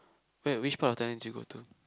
where which part of Thailand did you go to